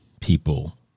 people